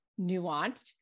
nuanced